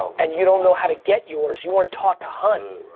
and you don't know how to get yours, you weren't taught to hunt.